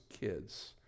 kids